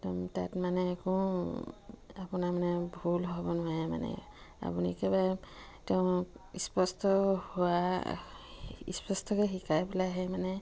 একদম তাত মানে একো আপোনাৰ মানে ভুল হ'ব নোৱাৰে মানে আপুনি একেবাৰে তেওঁক স্পষ্ট হোৱা স্পষ্টকৈ শিকাই পেলাইহে মানে